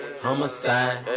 Homicide